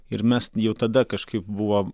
ir mes jau tada kažkaip buvo